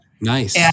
Nice